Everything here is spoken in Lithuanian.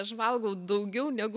aš valgau daugiau negu